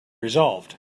resolved